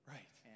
Right